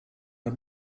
der